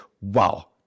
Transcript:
wow